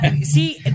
see